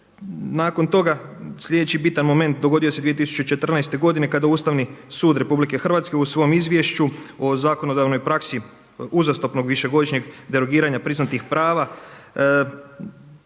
Nakon toga, sljedeći bitan moment dogodio se 2014. godine kada Ustavni sud Republike Hrvatske u svom izvješću o zakonodavnoj praksi uzastopnog višegodišnjeg derogiranja priznatih prava